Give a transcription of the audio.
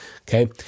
okay